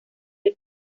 del